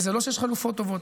וזה לא שיש חלופות טובות.